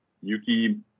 Yuki